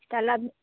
তাহলে আপনি